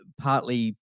partly